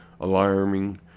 alarming